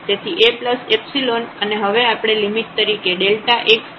તેથી Aϵ અને હવે આપણે લિમિટ તરીકેx→0 લઈશું